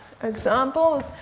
Example